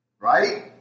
right